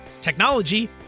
technology